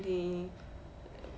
你